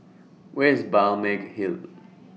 Where IS Balmeg Hill